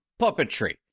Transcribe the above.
puppetry